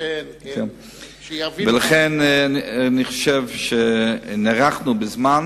לכן אני חושב שנערכנו בזמן.